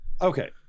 okay